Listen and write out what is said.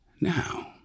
now